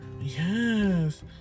Yes